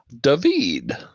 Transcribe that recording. David